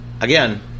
Again